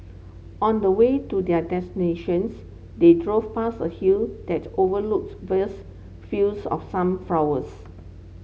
on the way to their destinations they drove past a hill that overlooks vast fields of sunflowers